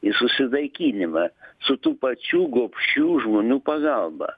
į susinaikinimą su tų pačių gobšių žmonių pagalba